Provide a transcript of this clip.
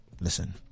Listen